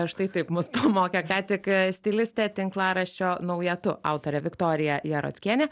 štai taip mus pamokė ką tik stilistė tinklaraščio nauja tu autorė viktorija jarockienė